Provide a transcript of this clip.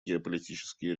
геополитические